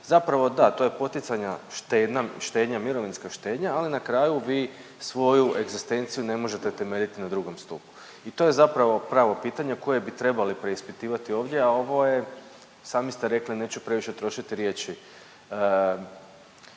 Zapravo da, to je poticanje štednje, mirovinska štednja, ali na kraju vi svoju egzistenciju ne možete temeljit na drugom stupu i to je zapravo pravo pitanje koje bi trebali preispitivati ovdje, a ovo je sami ste rekli neću previše trošiti riječi,